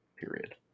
period